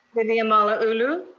vivian malauulu?